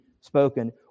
spoken